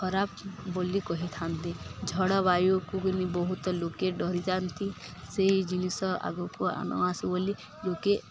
ଖରାପ ବୋଲି କହିଥାନ୍ତି ଝଡ଼ବାୟୁକୁ ନି ବହୁତ ଲୋକେ ଡରିଯାଆନ୍ତି ସେଇ ଜିନିଷ ଆଗକୁ ନ ଆସୁ ବୋଲି ଲୋକେ